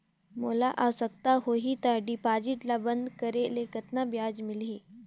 मोला आवश्यकता होही त डिपॉजिट ल बंद करे ले कतना ब्याज मिलही?